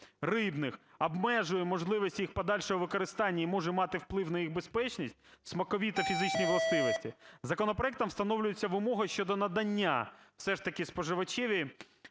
рибних, обмежує можливість їх подальшого використання і може мати вплив на їх безпечність, смакові та фізичні властивості. Законопроектом встановлюється вимога щодо надання все ж таки споживачеві